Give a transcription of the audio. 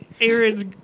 Aaron's